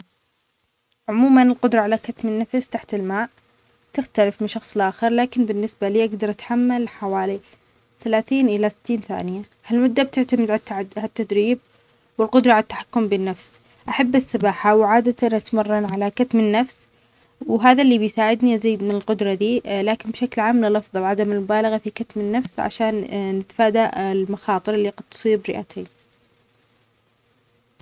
عموماً القدرة على كتم النفس تحت الماء تختلف من شخص آخر، لكن بالنسبة لي أقدر أتحمل حوالي ثلاثين إلى ستين ثانية. هالمدة بتعتمد على التع-التدريب والقدرة على التحكم بالنفس. أحب السباحة، وعادة اتمرن على كتم النفس وهذا اللي بيساعدني أزيد من القدرة دي، لكن بشكل عام من الافضل عدم المبالغة في كتم النفس عشان نتفادى المخاطر اللي قد تصيب الرئتين